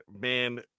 man